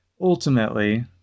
ultimately